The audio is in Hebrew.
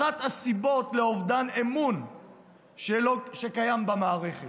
אחת הסיבות לאובדן האמון שקיים במערכת.